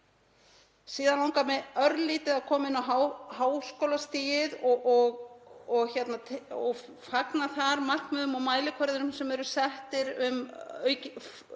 Síðan langar mig örlítið að koma inn á háskólastigið og fagna þar markmiðum og mælikvörðum sem eru settir um